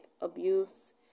abuse